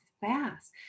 fast